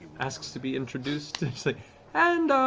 asks to be introduced and